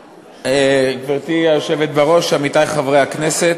גברתי היושבת בראש, עמיתי חברי הכנסת,